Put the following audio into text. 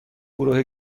گروه